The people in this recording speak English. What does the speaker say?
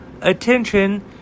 attention